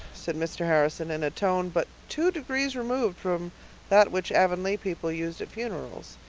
said mr. harrison in a tone but two degrees removed from that which avonlea people used at funerals.